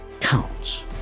counts